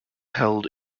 held